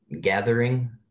gathering